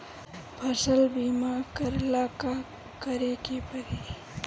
फसल बिमा करेला का करेके पारी?